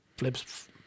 flips